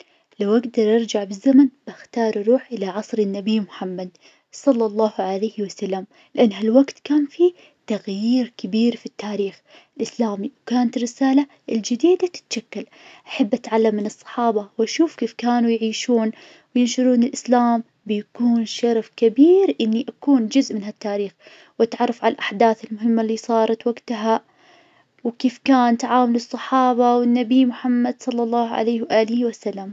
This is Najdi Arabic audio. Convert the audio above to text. لو اقدر ارجع بالزمن, باختار أروح إلى عصر النبي محمد صلى الله عليه وسلم, لان هالوقت كان فيه تغيير كبير في التاريخ الإسلامي, وكانت الرسالة الجديدة تتشكل, أحب أتعلم من الصحابة, واشوف كيف كانوا يعيشون وينشرون الإسلام, بيكون شرف كبير, إني أكون جزء من هالتاريخ واتعرف على الأحداث المهمة اللي صارت وقتها, وكيف كان تعامل الصحابة والنبي محمد صلى الله عليه وآله وسلم.